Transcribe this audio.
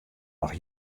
noch